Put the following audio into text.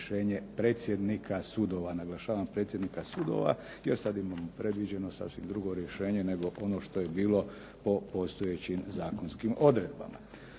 razrješenje predsjednika sudova. Naglašavam predsjednika sudova, jer sad imamo predviđeno sasvim drugo rješenje nego ono što je bilo po postojećim zakonskim odredbama.